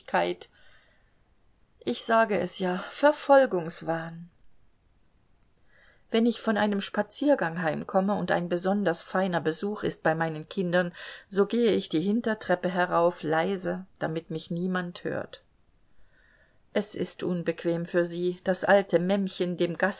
ich sage es ja verfolgungswahn wenn ich von einem spaziergang heimkomme und ein besonders feiner besuch ist bei meinen kindern so gehe ich die hintertreppe herauf leise damit mich niemand hört es ist unbequem für sie das alte mämmchen dem